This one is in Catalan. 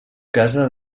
casa